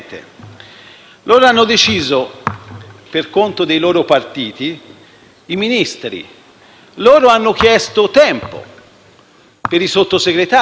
Loro hanno deciso, per conto dei loro partiti, i Ministri; hanno chiesto tempo aggiuntivo per i Sottosegretari,